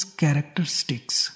characteristics